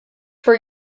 for